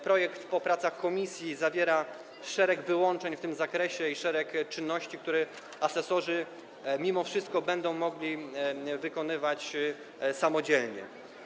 Projekt po pracach komisji określa szereg wyłączeń w tym zakresie i szereg czynności, które asesorzy mimo wszystko będą mogli wykonywać samodzielnie.